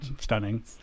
stunning